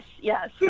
yes